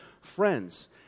friends